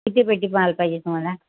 किती पेटी माल पाहिजे तुम्हाला